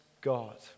God